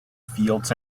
fields